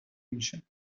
میشن